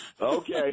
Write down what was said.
Okay